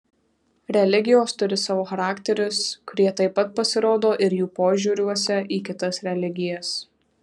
religijos turi savo charakterius kurie taip pat pasirodo ir jų požiūriuose į kitas religijas